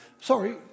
Sorry